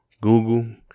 Google